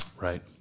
Right